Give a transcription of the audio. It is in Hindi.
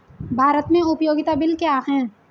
भारत में उपयोगिता बिल क्या हैं?